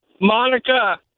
Monica